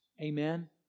Amen